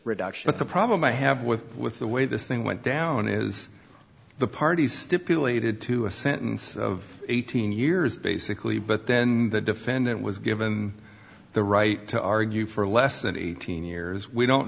reduction of the problem i have with with the way this thing went down is the parties stipulated to a sentence of eighteen years basically but then the defendant was given the right to argue for less than eighteen years we don't